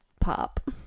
pop